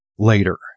Later